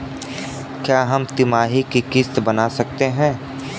क्या हम तिमाही की किस्त बना सकते हैं?